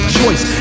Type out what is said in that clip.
choice